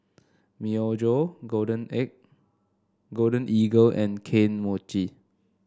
Myojo Golden A Golden Eagle and Kane Mochi